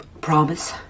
Promise